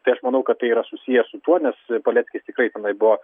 tai aš manau kad tai yra susiję su tuo nes paleckis tikrai tenai buvo